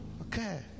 Okay